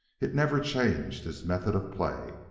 it never changed his method of play.